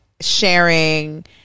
sharing